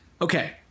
okay